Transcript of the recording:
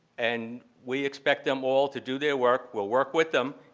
and we expect them all to do their work. we'll work with them.